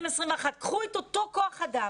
קחו את אותו כוח אדם,